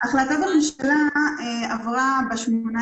החלטת הממשלה עברה ב-18